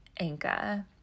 Anka